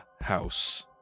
house